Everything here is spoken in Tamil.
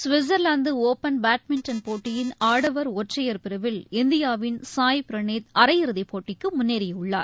சுவிட்சர்லாந்து ஒபள் பேட்மிண்டன் போட்டியின் ஆடவர் ஒற்றையர் பிரிவில் இந்தியாவின் சாயி பிரணீத் அரையிறுதிப்போட்டிக்கு முன்னேறியுள்ளார்